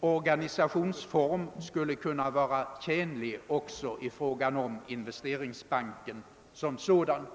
organisationsform skulle kunna vara tjänlig också i fråga om Investeringsbanken som sådan.